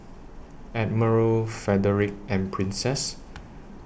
Admiral Frederic and Princess